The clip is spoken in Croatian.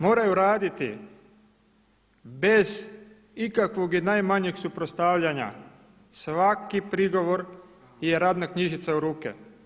Moraju raditi bez ikakvog i najmanjeg suprotstavljanja, svaki prigovor je radna knjižica u ruke.